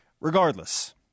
Regardless